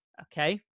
okay